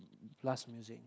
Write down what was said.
blast music